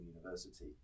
University